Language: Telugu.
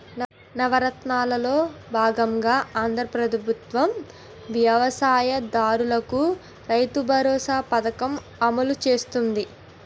నవరత్నాలలో బాగంగా ఆంధ్రా ప్రభుత్వం వ్యవసాయ దారులకు రైతుబరోసా పథకం అమలు చేస్తుంది